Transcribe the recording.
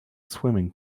swimming